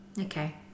okay